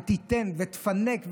ותיתן ותפנק,